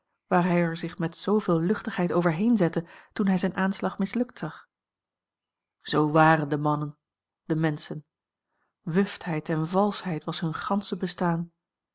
waar hij er zich met zooveel luchtigheid overheen zette toen hij zijn aanslag mislukt zag zoo waren de mannen de menschen wuftheid en valschheid was hun gansche bestaan